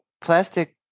plastic